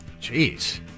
Jeez